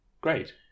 Great